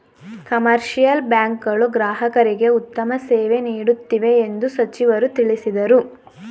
commercial bank ಗಳು ಗ್ರಾಹಕರಿಗೆ ಉತ್ತಮ ಸೇವೆ ನೀಡುತ್ತಿವೆ ಎಂದು ಸಚಿವರು ತಿಳಿಸಿದರು